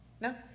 No